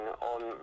on